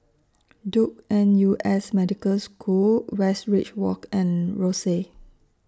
Duke N U S Medical School Westridge Walk and Rosyth